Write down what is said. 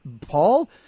Paul